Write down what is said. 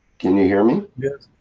can you hear me? yes,